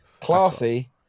Classy